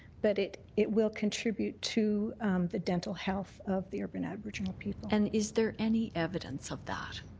but it it will contribute to the dental health of the urban aboriginal people. and is there any evidence of that?